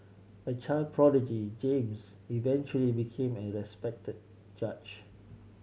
a child prodigy James eventually became a respected judge